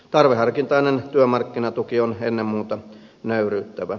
tarveharkintainen työmarkkinatuki on ennen muuta nöyryyttävä